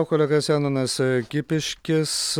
o kolega zenonas kipiškis